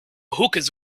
hookahs